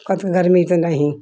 गर्मी तो नहीं